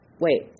wait